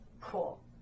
Cool